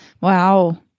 Wow